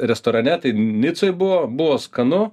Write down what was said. restorane tai nicoj buvo buvo skanu